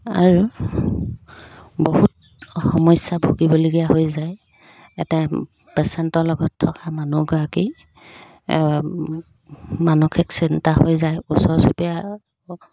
আৰু বহুত সমস্যা ভোগীবলগীয়া হৈ যায় এটা পেচেণ্টৰ লগত থকা মানুহগৰাকী মানসিক চিন্তা হৈ যায় ওচৰ চুবুৰীয়া